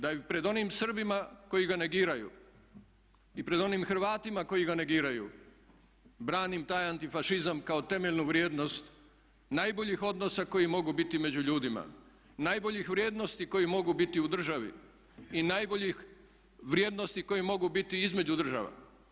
da ju pred onim Srbima koji ga negiraju i pred onim Hrvatima koji ga negiraju branim taj antifašizam kao temeljnu vrijednost najboljih odnosa koji mogu biti među ljudima, najboljih vrijednosti koje mogu biti u državi i najboljih vrijednosti koje mogu biti između država.